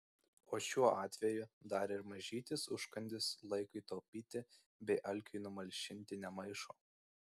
o šiuo atveju dar ir mažytis užkandis laikui taupyti bei alkiui numalšinti nemaišo